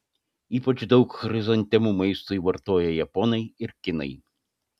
ypač daug chrizantemų maistui vartoja japonai ir kinai